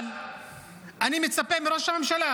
אבל אני מצפה מראש הממשלה